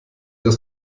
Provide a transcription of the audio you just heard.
das